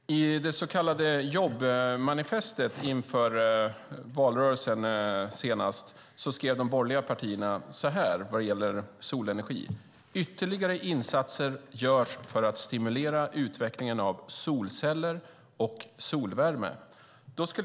Fru talman! I det så kallade jobbmanifestet inför senaste valrörelsen skrev de borgerliga partierna så här vad gäller solenergi: Ytterligare insatser görs för att stimulera utvecklingen av solceller och solvärme.